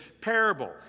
parable